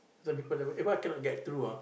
some people never eh why I cannot get through ah